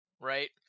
right